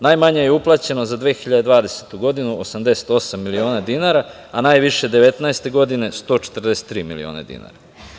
Najmanje je uplaćeno za 2020. godinu 88 miliona dinara, a najviše 2019. godine 143 miliona dinara.